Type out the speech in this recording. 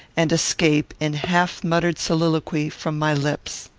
and escape, in half-muttered soliloquy, from my lips.